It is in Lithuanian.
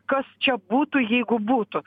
kas čia būtų jeigu būtų